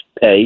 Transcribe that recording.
pay